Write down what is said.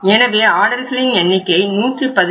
எனவே ஆர்டர்களின் எண்ணிக்கை 111